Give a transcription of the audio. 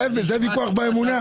זה נקרא ויכוח באמונה.